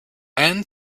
and